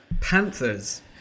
Panthers